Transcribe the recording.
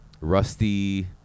Rusty